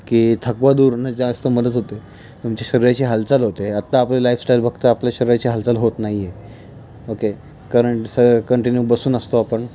की थकवा दूर नं जास्त मदत होते तुमच्या शरीराची हालचाल होते आता आपली लाईफस्टाईल बघता आपल्या शरीराची हालचाल होत नाही आहे ओके करंट स कंटिन्यू बसून असतो आपण